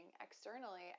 externally